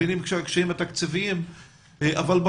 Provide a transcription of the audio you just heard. אנחנו מבינים את הקשיים התקציביים,